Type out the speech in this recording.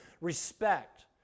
respect